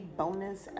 bonus